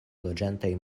loĝantaj